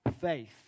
faith